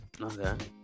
okay